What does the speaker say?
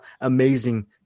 amazing